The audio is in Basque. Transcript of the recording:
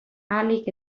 ahalik